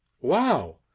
Wow